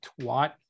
twat